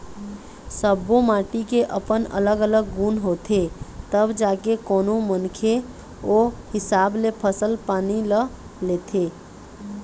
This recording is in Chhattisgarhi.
सब्बो माटी के अपन अलग अलग गुन होथे तब जाके कोनो मनखे ओ हिसाब ले फसल पानी ल लेथे